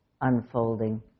unfolding